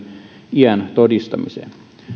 iän todistamiseen